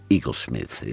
Eaglesmith